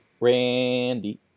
Randy